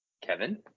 Kevin